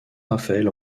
raphaël